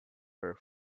her